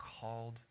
called